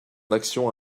action